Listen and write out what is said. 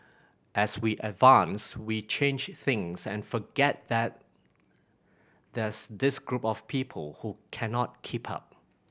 as we advance we change things and forget that there's this group of people who cannot keep up